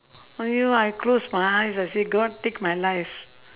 !aiyo! I close my eyes I say god take my life